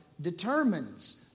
determines